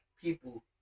people